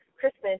Christmas